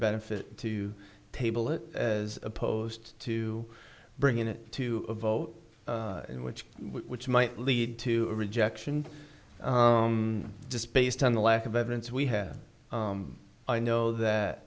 benefit to table it as opposed to bringing it to a vote which which might lead to a rejection just based on the lack of evidence we have i know that